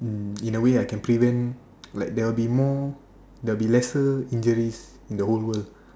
um in a way I can prevent like there will be more there will be lesser injuries in the whole world